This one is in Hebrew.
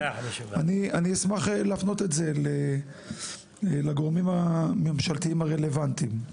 אני אשמח להפנות את זה לגורמים הממשלתיים הרלוונטיים.